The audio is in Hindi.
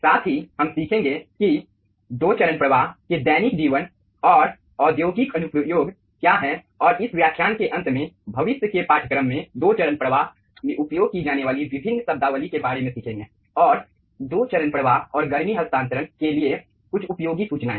साथ ही हम सीखेंगे कि दो चरण प्रवाह के दैनिक जीवन और औद्योगिक अनुप्रयोग क्या हैं और इस व्याख्यान के अंत में भविष्य के पाठ्यक्रम में दो चरण प्रवाह में उपयोग की जाने वाली विभिन्न शब्दावली के बारे में सीखेंगे और दो चरण प्रवाह और गर्मी हस्तांतरण के लिए कई उपयोगी सूचनाएं